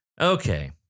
Okay